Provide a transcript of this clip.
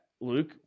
Luke